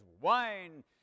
wine